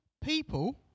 people